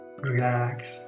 Relax